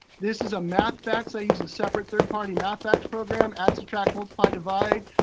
this is a math facts, i use a separate third party math facts program add, subtract, multiply, divide.